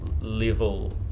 level